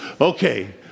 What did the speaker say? Okay